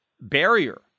barrier